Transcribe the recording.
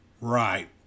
Right